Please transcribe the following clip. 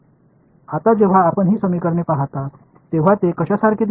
आता जेव्हा आपण ही समीकरणे पाहता तेव्हा ते कशासारखे दिसतात